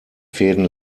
fäden